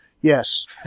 Yes